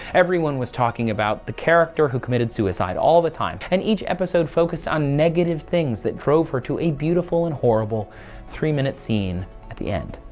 everyone was talking about the character who committed suicide all the time, and each episode focused on negative things that drove her to a beautiful and horrible three minute scene at the end,